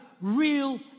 real